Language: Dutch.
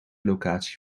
locatie